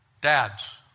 Dads